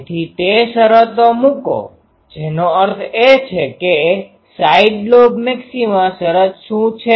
તેથી તે શરત મૂકો જેનો અર્થ એ છે કે સાઇડ લોબ મેક્સિમા શરત શું છે